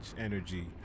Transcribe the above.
energy